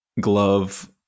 Glove